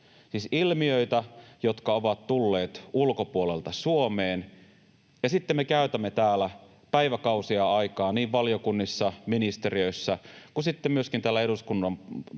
ilmiöitä, jotka ovat tulleet ulkopuolelta Suomeen, ja sitten me käytämme täällä päiväkausia aikaa niin valiokunnissa, ministeriöissä kuin sitten myöskin